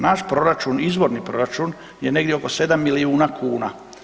Naš proračun, izvorni proračun je negdje oko 7 milijuna kuna.